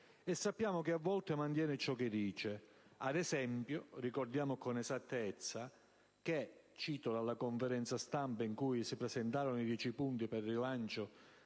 e sappiamo che a volte mantiene ciò che dice. Ad esempio, ricordiamo con esattezza che nel corso della conferenza stampa in cui si presentarono i dieci punti per il rilancio